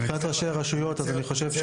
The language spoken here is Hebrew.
מבחינת ראשי הרשויות, אני חושב ש